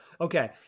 okay